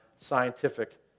scientific